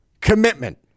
commitment